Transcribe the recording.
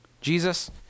Jesus